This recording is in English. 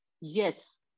yes